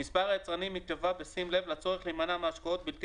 מספר היצרנים ייקבע בשים לב לצורך להימנע מהשקעות בלתי